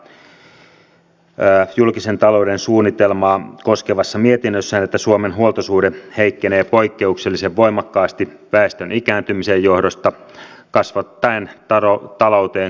valtiovarainvaliokunta toteaa julkisen talouden suunnitelmaa koskevassa mietinnössään että suomen huoltosuhde heikkenee poikkeuksellisen voimakkaasti väestön ikääntymisen johdosta kasvattaen talouteen kohdistuvia paineita